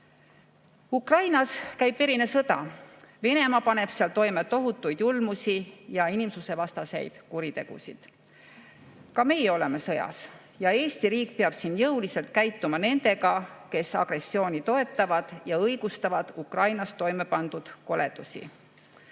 käib verine sõda. Venemaa paneb seal toime tohutuid julmusi ja inimsusevastaseid kuritegusid. Ka meie oleme sõjas ja Eesti riik peab siin jõuliselt käituma nendega, kes agressiooni toetavad ja õigustavad Ukrainas toime pandud koledusi.